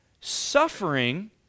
Suffering